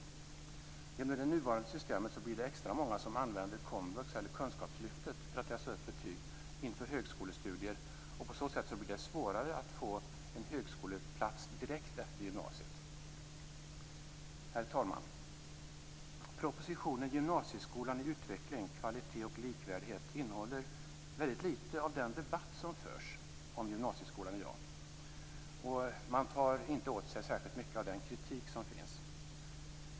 Genom det nuvarande systemet blir det extra många som använder komvux eller kunskapslyftet för att läsa upp betyg inför högskolestudier, och på så sätt blir det svårare att få en högskoleplats direkt efter gymnasiet. Herr talman! Propositionen Gymnasieskolan i utveckling - kvalitet och likvärdighet innehåller väldigt lite av den debatt som förs om gymnasieskolan i dag. Man tar inte åt sig särskilt mycket av den kritik som finns.